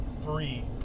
three